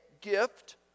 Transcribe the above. gift